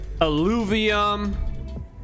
Alluvium